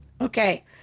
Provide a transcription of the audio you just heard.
Okay